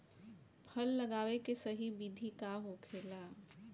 फल लगावे के सही विधि का होखेला?